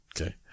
Okay